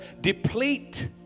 deplete